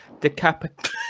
decapitate